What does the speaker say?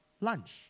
lunch